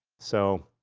so,